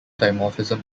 dimorphism